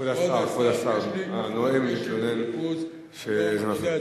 כבוד השר, כבוד השר, הנואם מתלונן שזה מפריע.